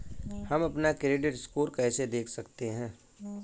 हम अपना credit score कैसे देख सकते हैं?